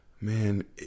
Man